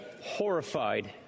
horrified